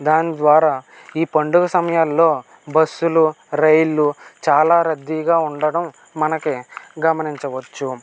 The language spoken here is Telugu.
దాని ద్వారా ఈ పండుగ సమయాల్లో బస్సులు రైళ్లు చాలా రద్దీగా ఉండడం మనకి గమనించవచ్చు